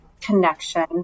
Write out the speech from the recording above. connection